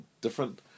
different